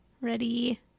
Ready